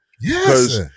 Yes